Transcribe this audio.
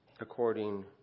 according